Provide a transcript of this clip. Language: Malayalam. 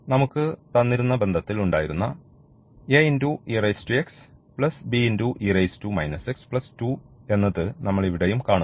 നമുക്ക് തന്നിരുന്ന ബന്ധത്തിൽ ഉണ്ടായിരുന്ന എന്നത് നമ്മൾ ഇവിടെയും കാണുന്നു